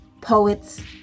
poets